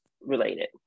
related